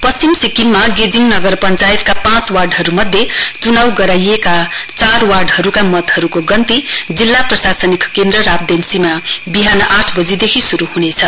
पश्चिम सिक्किममा गेजिङ नगर पश्चायतका पाँच वार्डहरूमध्ये चुनाउ गराइएका चार वार्डहरूका मतहरूको गन्ती जिल्ला प्रशासनिक केन्द्र राब्देन्सीमा बिहान आठ बजेदेखि शुरु हुनेछ